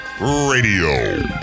radio